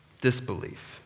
disbelief